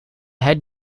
head